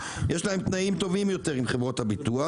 יש להם תנאים טובים יותר עם חברות הביטוח